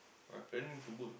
I planning to work ah